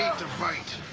to fight.